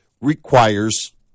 requires